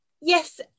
Yes